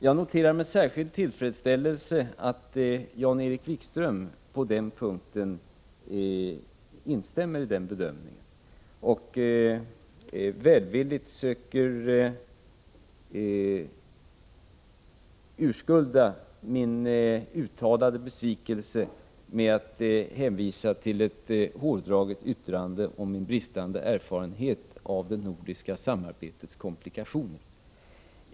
Jag noterar med särskild tillfredsställelse att Jan-Erik Wikström på denna punkt instämmer i den bedömningen och välvilligt söker urskulda min uttalade besvikelse med att hänvisa till ett hårdraget yttrande om min bristande erfarenhet av det nordiska samarbetets komplikationer.